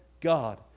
God